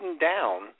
down